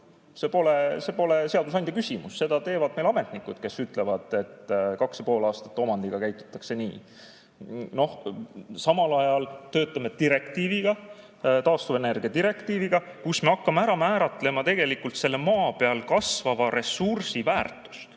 See pole seadusandja küsimus, seda teevad ametnikud, kes ütlevad, et kaks ja pool aastat omandiga käitutakse nii. Samal ajal töötame direktiiviga, taastuvenergia direktiiviga, kus me hakkame määratlema tegelikult selle maa peal kasvava ressursi väärtust